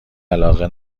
علاقه